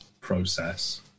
process